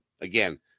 again